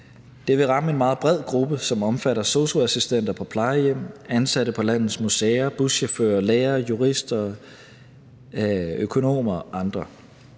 Det vil ramme en meget bred gruppe, som omfatter sosu-assistenter på plejehjem, ansatte på landets museer, buschauffører, lærere, jurister, økonomer og andre.